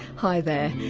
hi there,